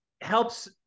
helps